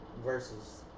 Versus